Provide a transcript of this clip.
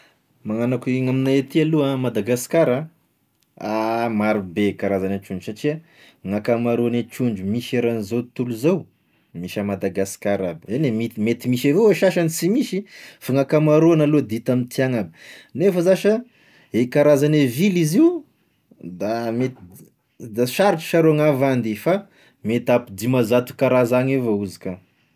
Magnano akoa igny amignay aty aloha Madagasikara a, marobe karazagna trondro satria gn'ankamaroan'ny trondro misy eran'izao tontolo zao, misy à Madagasikara aby, eny mit- mety misy avao sasagny tsy misy fa gn'ankamaroany aloha d'hita amintiagna a nefa zasha e karazagn'ny vily izy io, da met- da sarotry sharô gn'avandy, fa mety ampy dimanzato karazany avao izy ka.